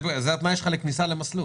זה התנאי שלך לכניסה למסלול.